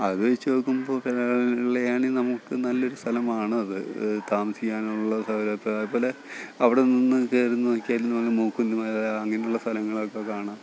ആത് വച്ച് നോക്കുമ്പോൾ കേ വെള്ളായണി നമുക്ക് നല്ലൊരു സ്ഥലമാണത് താമസിക്കാനുള്ള സ്ഥലം അതേപോലെ അവിടെ നിന്ന് കയറിന്ന് നോക്കിയാലെന്ന് പറഞ്ഞാൽ മൂക്കുന്നിമല അങ്ങനുള്ള സ്ഥലങ്ങളൊക്കെ കാണാം